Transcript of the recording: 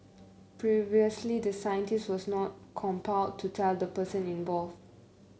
previously the scientist was not compelled to tell the person involved